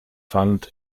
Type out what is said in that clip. fand